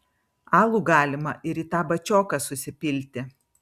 alų galima ir į tą bačioką susipilti